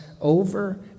over